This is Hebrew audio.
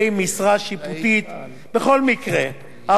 בכל מקרה ההפחתה לא תביא לפגיעה בגמלה